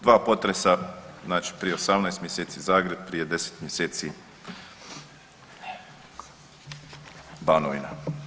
Dva potresa, znači prije 18 mjeseci Zagreb, prije 10 mjeseci Banovina.